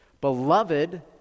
beloved